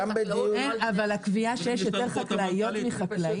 אבל הקביעה שיש יותר חקלאיות מחקלאים?